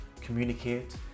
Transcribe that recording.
communicate